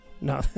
No